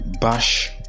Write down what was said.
bash